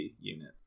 unit